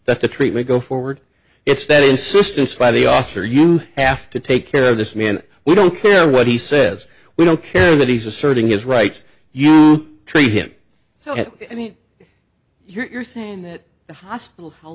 that the treatment go forward it's that insistence by the officer you have to take care of this man we don't care what he says we don't care that he's asserting his rights you treat him so i mean you're saying that the hospital hel